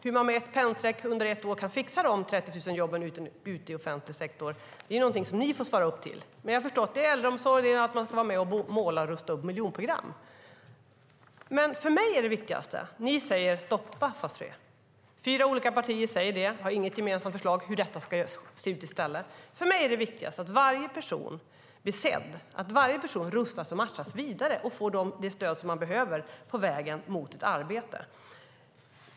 Hur man med ett pennstreck kan fixa de 30 000 jobben ute i offentlig sektor under ett år är någonting som ni får svara för. Men jag har förstått att det är fråga om arbete inom äldreomsorg och upprustning av miljonprogram. Ni säger: Stoppa fas 3! Fyra olika partier säger det, men har inget gemensamt förslag på hur det ska se ut i stället. För mig är det viktigaste att varje person blir sedd, att varje person rustas och matchas vidare och får det stöd som behövs på vägen mot ett arbete.